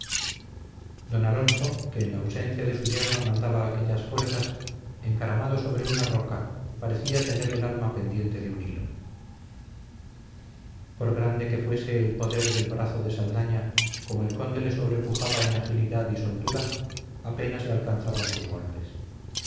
don alonso que en la ausencia de su yerno mandaba aquellas fuerzas encaramado sobre una roca parecía tener el alma pendiente de un hilo por grande que fuese el poder del brazo de saldaña como el conde le sobrepujaba en agilidad y soltura apenas le alcanzaban sus golpes